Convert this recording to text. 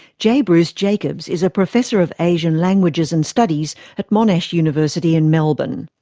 j bruce jacobs is a professor of asian languages and studies at monash university in melbourne.